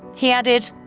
he added,